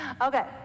okay